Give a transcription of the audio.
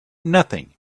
nothing